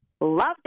Love